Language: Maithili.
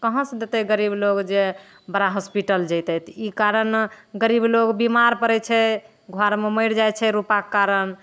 कहाँसे देतै गरीब लोक जे बड़ा हॉस्पिटल जएतै तऽ ई कारण गरीब लोक बीमार पड़ै छै घरमे मरि जाइ छै रुपाके कारण